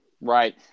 right